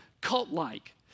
cult-like